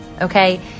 okay